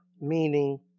meaning